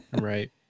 Right